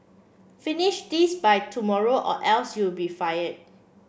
finish this by tomorrow or else you'll be fired